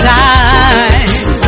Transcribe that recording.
time